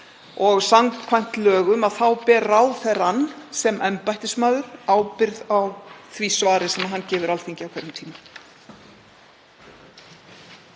og samkvæmt lögum ber ráðherrann sem embættismaður ábyrgð á því svari sem hann gefur Alþingi á hverjum tíma.